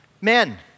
Men